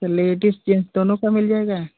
त ladies gents दोनों का मिल जाएगा